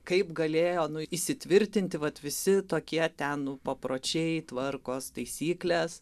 kaip galėjo įsitvirtinti vat visi tokie ten papročiai tvarkos taisyklės